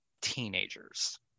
teenagers